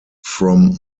from